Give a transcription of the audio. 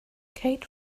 kate